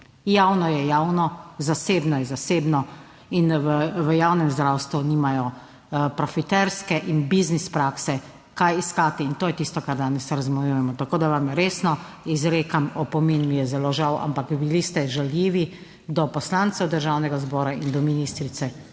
Javno je javno, zasebno je zasebno. In v javnem zdravstvu nimajo profiterske in biznis prakse kaj iskati in to je tisto, kar danes razmejujemo. Tako da vam resno izrekam opomin. Mi je zelo žal, ampak bili ste žaljivi do poslancev Državnega zbora in do ministrice